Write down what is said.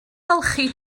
golchi